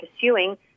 pursuing